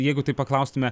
jeigu taip paklaustume